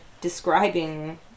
describing